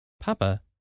papa